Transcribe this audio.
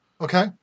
Okay